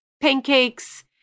pancakes